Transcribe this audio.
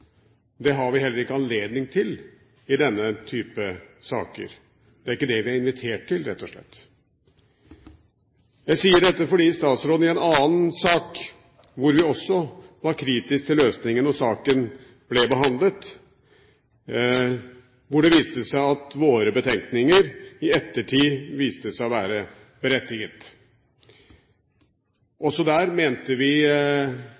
Det har vi heller ikke anledning til i denne type saker. Det er ikke det vi er invitert til, rett og slett. Jeg sier dette fordi det i en annen sak, hvor vi også var kritiske til løsningen da saken ble behandlet, viste seg at våre betenkninger i ettertid viste seg å være berettiget. Også der hevdet vi